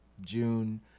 June